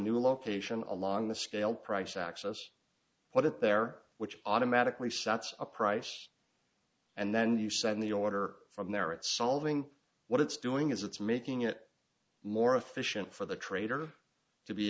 new location along the scale price access what it there which automatically sets a price and then you send the order from there at solving what it's doing is it's making it more efficient for the trader to be